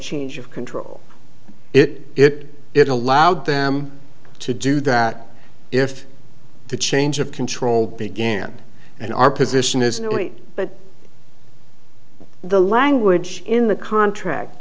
change of control it it allowed them to do that if the change of control began and our position is not only but the language in the contract